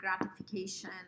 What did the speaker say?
gratification